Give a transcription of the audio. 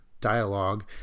dialogue